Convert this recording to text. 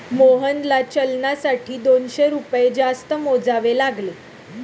मोहनला चलनासाठी दोनशे रुपये जास्त मोजावे लागले